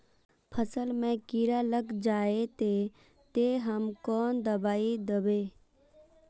फसल में कीड़ा लग जाए ते, ते हम कौन दबाई दबे?